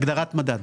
הגדרת מדד.